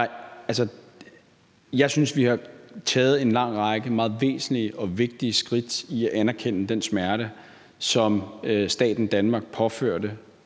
Jeg synes, vi har taget en lang række meget væsentlige og vigtige skridt i at anerkende den smerte, som staten Danmark påførte